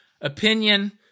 opinion